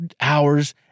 hours